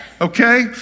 okay